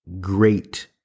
great